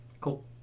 Cool